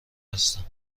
هستم